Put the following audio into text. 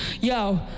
Yo